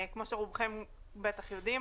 כמו שרובכם בטח יודעים,